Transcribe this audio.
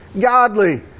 godly